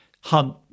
Hunt